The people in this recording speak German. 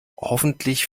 hoffentlich